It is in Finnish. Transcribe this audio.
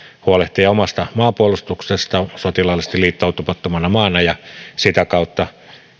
huolehtia omasta maanpuolustuksesta sotilaallisesti liittoutumattomana maana ja sitä kautta